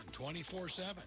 24-7